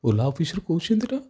ଓଲା ଅଫିସ୍ରୁ କହୁଛନ୍ତି ନା